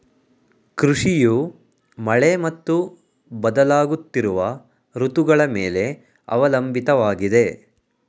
ಕೃಷಿಯು ಮಳೆ ಮತ್ತು ಬದಲಾಗುತ್ತಿರುವ ಋತುಗಳ ಮೇಲೆ ಅವಲಂಬಿತವಾಗಿದೆ